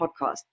Podcast